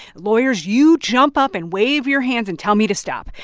lawyers, you jump up and wave your hands and tell me to stop.